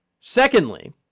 Secondly